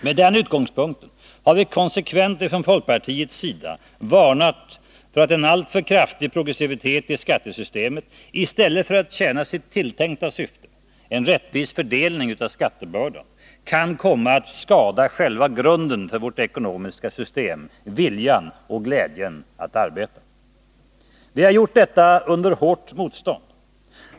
Med den utgångspunkten har vi från folkpartiets sida konsekvent varnat för att en alltför kraftig progressivitet i skattesystemet i stället för att tjäna sitt tilltänkta syfte, en rättvis fördelning av skattebördan, kan komma att skada själva grunden för vårt ekonomiska system; viljan och glädjen att arbeta. Vi har gjort detta under hårt motstånd.